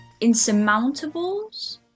insurmountables